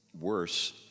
worse